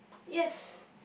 yes